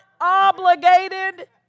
obligated